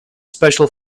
special